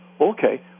Okay